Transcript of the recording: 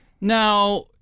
Now